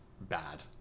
bad